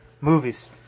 movies